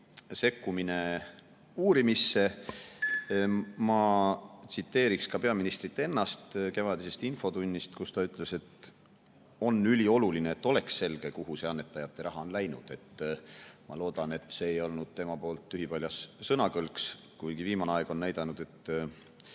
sekkumine uurimisse. Ma tsiteeriksin peaministrit ennast kevadisest infotunnist, kus ta ütles, et on ülioluline, et oleks selge, kuhu see annetajate raha on läinud. Ma loodan, et see ei olnud tühipaljas sõnakõlks, kuigi viimane aeg on näidanud, et